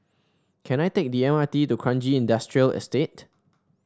can I take the M R T to Kranji Industrial Estate